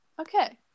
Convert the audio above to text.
okay